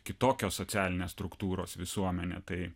kitokios socialinės struktūros visuomenė tai